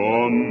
on